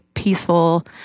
peaceful